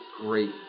great